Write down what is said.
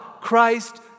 Christ